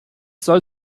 soll